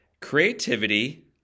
creativity